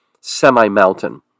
semi-mountain